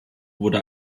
wurde